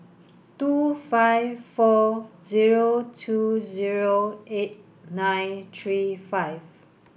two five four zero two zero eight nine three five